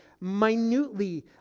minutely